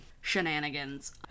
shenanigans